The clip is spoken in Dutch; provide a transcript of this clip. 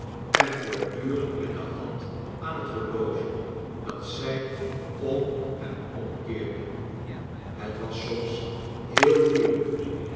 en voortdurend met de hand aan het horloge dat zij om en omkeerde het was soms heel moeilijk